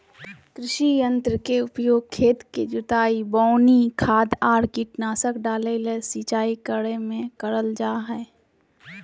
कृषि यंत्र के उपयोग खेत के जुताई, बोवनी, खाद आर कीटनाशक डालय, सिंचाई करे मे करल जा हई